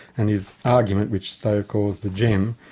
and his argument, which stove calls the gem,